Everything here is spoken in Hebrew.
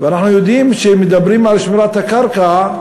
ואנחנו יודעים שכשמדברים על שמירת הקרקע,